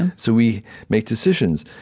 so we make decisions.